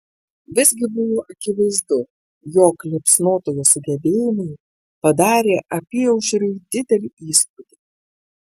visgi buvo akivaizdu jog liepsnotojo sugebėjimai padarė apyaušriui didelį įspūdį